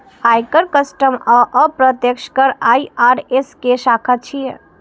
आयकर, कस्टम आ अप्रत्यक्ष कर आई.आर.एस के शाखा छियै